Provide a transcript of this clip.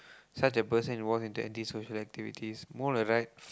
such a person involve in antisocial activities mole at the back